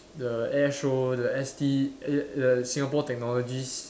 the air show the S_T err err Singapore technologies